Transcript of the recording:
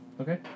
Okay